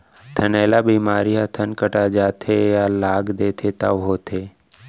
थनैला बेमारी ह थन कटा जाथे या लाग देथे तौ होथे